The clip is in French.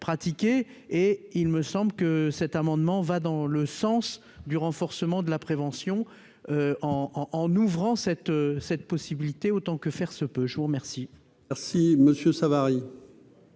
et il me semble que cet amendement va dans le sens du renforcement de la prévention en en en ouvrant cette cette possibilité, autant que faire se peut, je vous remercie. Merci Monsieur Savary.